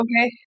okay